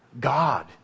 God